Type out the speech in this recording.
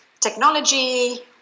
technology